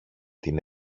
την